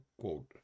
quote